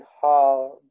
hard